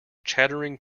chattering